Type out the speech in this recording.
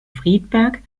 friedberg